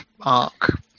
arc